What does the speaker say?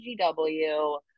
GW